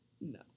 no